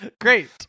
Great